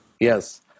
Yes